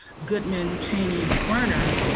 goodman, cheney, and swerner,